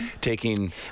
taking